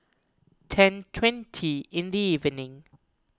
ten twenty in the evening